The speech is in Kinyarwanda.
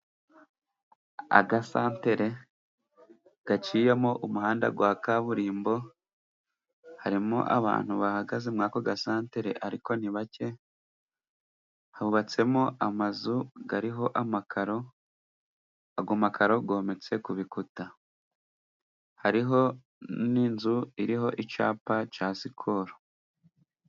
Agasantere gaciyemo umuhanda wa kaburimbo harimo abantu bahagaze muri ako gasantere ariko ni bake, hubatsemo amazu ariho amakaro, ayo makaro yometse ku bikuta, hariho n'inzu iriho icyapa cya sikolo.